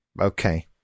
okay